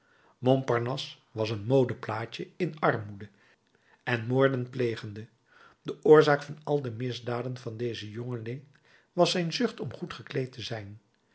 montparnasse was een modeplaatje in armoede en moorden plegende de oorzaak van al de misdaden van dezen jongeling was zijn zucht om goed gekleed te zijn